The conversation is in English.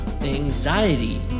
anxiety